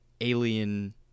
alien